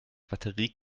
batterie